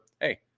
hey